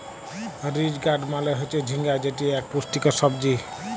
ridge gourd মালে হচ্যে ঝিঙ্গা যেটি ইক পুষ্টিকর সবজি